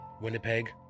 Winnipeg